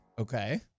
Okay